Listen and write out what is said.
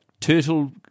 Turtle